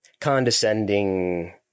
condescending